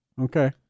Okay